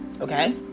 Okay